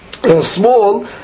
Small